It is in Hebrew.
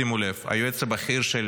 שימו לב, היועץ הבכיר של